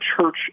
church